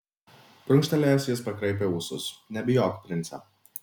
prunkštelėjęs jis pakraipė ūsus nebijok prince